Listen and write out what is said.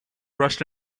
rushed